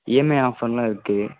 EMI ஆஃபரெலாம் இருக்குது